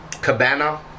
cabana